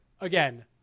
again